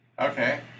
Okay